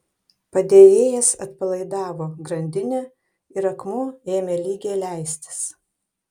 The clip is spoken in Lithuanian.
padėjėjas atpalaidavo grandinę ir akmuo ėmė lygiai leistis